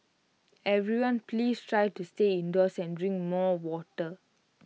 everyone please try to stay indoors and drink more water